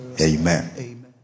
Amen